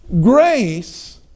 Grace